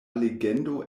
legendo